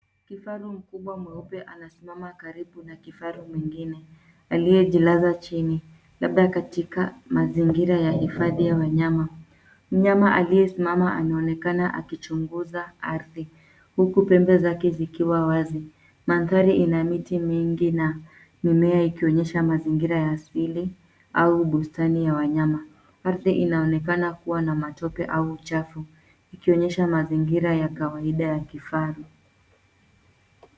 Kifaru mkubwa mweupe anasimama karibu na kifaru mwengine aliejilaza chini, labda katika mazingira ya hifadhi ya wanyama. Mnyama aliesimama anaonekana akichunguza ardhi, huku pembezake zikiwa wazi. Mandhari ina miti mingi na mimea ikionyesha mazingira ya asili au bustani ya wanyama. Ardhi inaonekana kuwa na matope au uchafu Ikionyesha mazingira ya kawaida ya kifaru.